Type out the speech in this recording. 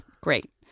Great